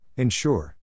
Ensure